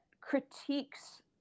critiques